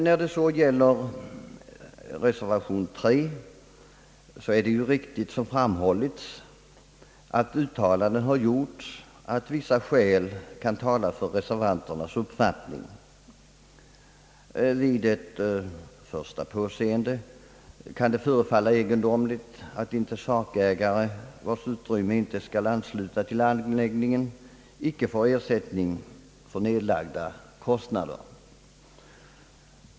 Vad beträffar reservation III är det ju riktigt, som det har framhållits, att vissa skäl kan tala för reservanternas uppfattning. Vid ett första påseende kan det förefalla egendomligt att sakägare, vars utrymme inte skall anslutas till anläggningen, icke får ersättning för nedlagda kostnader.